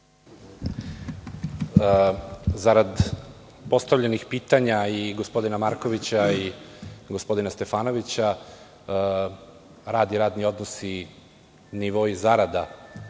Zarad postavljenih pitanja gospodina Markovića i gospodina Stefanovića, rad i radni odnosi, nivoi zarada